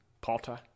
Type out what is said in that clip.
Potter